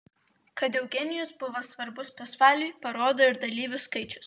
kad eugenijus buvo svarbus pasvaliui parodo ir dalyvių skaičius